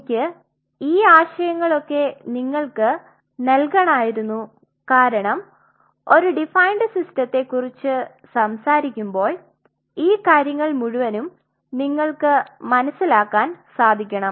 എനിക്ക് ഈ ആശയങ്ങളൊക്കെ നിങ്ങൾക്ക് നൽകാനാരുന്നു കാരണം ഒരു ഡിഫൈൻഡ് സിസ്റ്റത്തെ കുറിച് സംസാരിക്കുമ്പോൾ ഈ കാര്യങ്ങൾ മുഴുവനും നിങ്ങൾക് മനസിലാക്കാൻ സാധിക്കണം